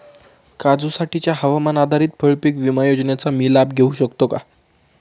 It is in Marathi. काजूसाठीच्या हवामान आधारित फळपीक विमा योजनेचा मी लाभ घेऊ शकतो का?